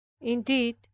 Indeed